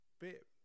bit